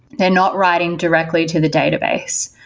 they're not writing directly to the database,